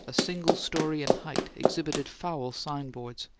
a single story in height, exhibited foul signboards,